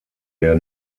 der